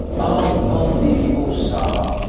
out on thee, o sawab!